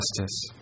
justice